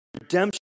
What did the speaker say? Redemption